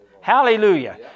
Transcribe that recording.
Hallelujah